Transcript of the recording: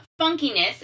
funkiness